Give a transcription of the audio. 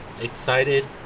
excited